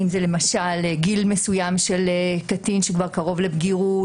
אם זה גיל מסוים של קטין שקרוב לבגירות